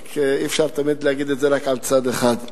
אי-אפשר תמיד להגיד את זה רק על צד אחד.